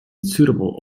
suitable